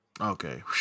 Okay